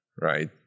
right